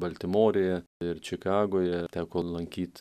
baltimorėje ir čikagoje teko lankyt